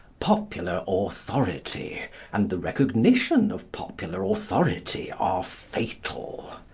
popular authority and the recognition of popular authority are fatal.